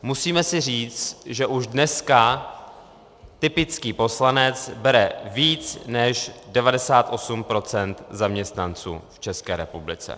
Musíme si říci, že už dneska typický poslanec bere víc než 98 % zaměstnanců v České republice.